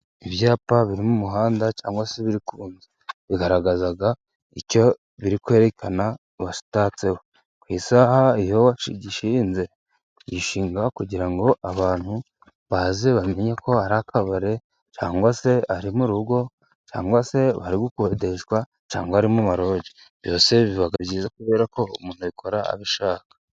Ibyapa biri mu muhanda, cyangwa se biri ku nzu, Bigaragaza icyo biri kwerekana uwatatseho Ku isaha. iyo wagishinze , kugishinga kugira ngo abantu baze bamenye ko ari akabare, cyangwa se ari mu rugo, cyangwa se bari gukodeshwa cyangwa ari mu maroge. Biba byiza kubera ko umuntu abikora abishaka.